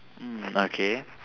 mm okay